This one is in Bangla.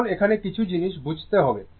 এখন এখানে কিছু জিনিস বুঝতে হবে